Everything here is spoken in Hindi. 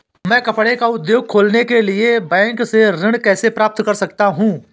मैं कपड़े का उद्योग खोलने के लिए बैंक से ऋण कैसे प्राप्त कर सकता हूँ?